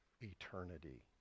eternity